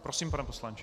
Prosím, pane poslanče.